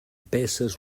peces